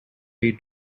way